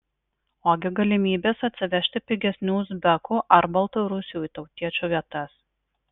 ogi galimybės atsivežti pigesnių uzbekų ar baltarusių į tautiečių vietas